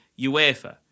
UEFA